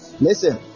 Listen